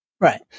Right